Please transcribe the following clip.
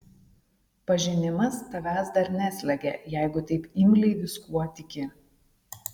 pažinimas tavęs dar neslegia jeigu taip imliai viskuo tiki